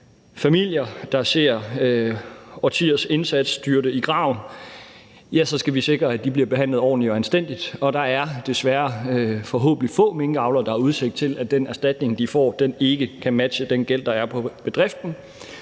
er familier, der ser årtiers indsats styrte i graven, så skal sikre, at de bliver behandlet ordentligt og anstændigt. Der er forhåbentlig få minkavlere, der har udsigt til, at den erstatning, de får, ikke kan matche den gæld, der er på bedriften,